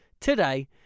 today